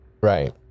right